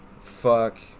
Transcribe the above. Fuck